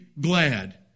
glad